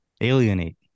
alienate